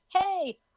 Hey